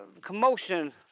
commotion